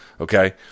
Okay